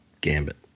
Gambit